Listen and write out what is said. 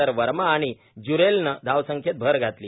तर वर्मा आणि ज्य्रेलनं धावसंख्येत भर घातली